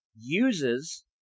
uses